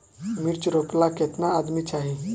मिर्च रोपेला केतना आदमी चाही?